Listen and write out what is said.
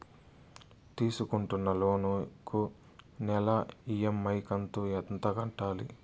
తీసుకుంటున్న లోను కు నెల ఇ.ఎం.ఐ కంతు ఎంత కట్టాలి?